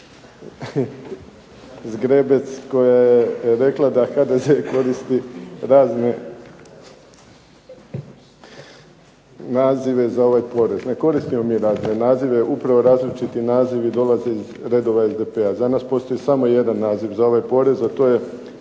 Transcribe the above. Zgrebec koja je rekla da HDZ koristi razne nazive za ovaj porez. Ne koristimo mi razne nazive. Upravo različiti nazivi dolaze iz redova SDP-a. Za nas postoji samo jedan naziv za ovaj porez, a to je